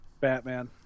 Batman